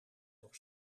nog